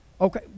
Okay